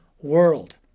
world